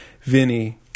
Vinny